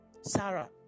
Sarah